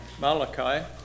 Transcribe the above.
Malachi